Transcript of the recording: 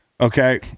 okay